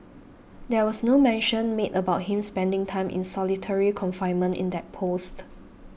there was no mention made about him spending time in solitary confinement in that post